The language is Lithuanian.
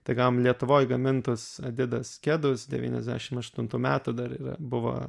tai gavom lietuvoj gamintus adidas kedus devyniasdešim aštuntų metų dar yra buvo